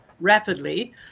rapidly